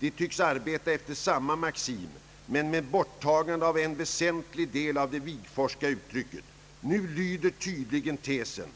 De tycks arbeta efter samma maxim men med borttagande av en väsentlig del av det Wigforsska uttrycket. Nu lyder tydligen tesen: